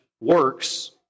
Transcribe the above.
works